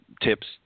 tips